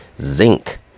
zinc